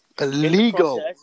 Illegal